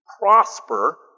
prosper